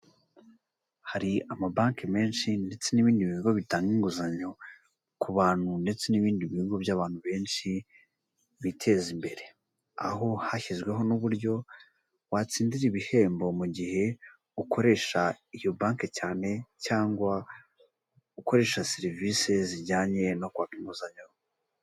Hari amabaki menshi ndetse n'ibindi bigo bitanga inguzanyo ku bantu ndetse n'ibindi bigo by'abantu benshi biteza imbere. Aho hashyizweho n'uburyo watsindira ibihembo mu gihe ukoresha iyo baki cyane cyangwa ukoresha serivise zijyanye no kwa inguzanyo.